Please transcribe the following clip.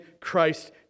Christ